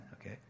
okay